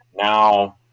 now